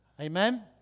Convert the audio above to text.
Amen